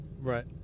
Right